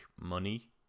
money